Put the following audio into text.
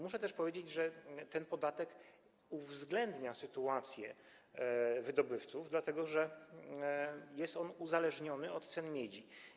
Muszę też powiedzieć, że ten podatek uwzględnia sytuacją wydobywców, dlatego że on jest uzależniony od cen miedzi.